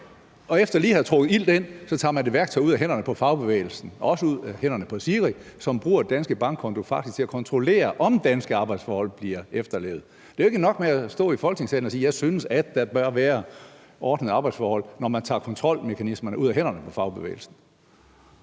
Og efter lige at have trukket ilt ind, tager man værktøjet ud af hænderne på fagbevægelsen og også SIRI, som bruger danske bankkonto til faktisk at kontrollere, om danske arbejdsforhold bliver efterlevet. Det er jo ikke nok at stå og sige i Folketingssalen, at man synes, at der bør være ordnede arbejdsforhold, når man tager kontrolmekanismerne ud af hænderne på fagbevægelsen.